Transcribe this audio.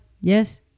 yes